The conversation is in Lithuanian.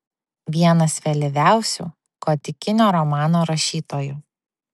vienas vėlyviausių gotikinio romano rašytojų